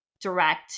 direct